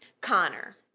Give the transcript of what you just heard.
Connor